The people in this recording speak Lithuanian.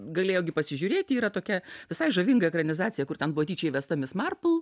galėjo gi pasižiūrėti yra tokia visai žavinga ekranizacija kur ten buvo tyčia įvesta mis marpl